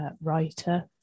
writer